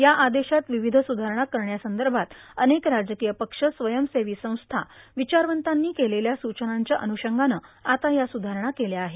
या आदेशात विविध सुधारणा करण्यासंदर्भात अनेक राजकीय पक्ष स्वयंसेवी संस्था विचारवंतांनी केलेल्या सूचनांच्या अनुषंगानं आता या सुधारणा केल्या आहे